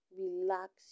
relax